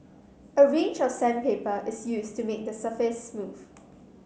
a range of sandpaper is used to make the surface smooth